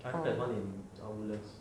I heard there's one in ah woodlands